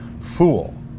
fool